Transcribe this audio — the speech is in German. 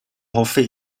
hoffe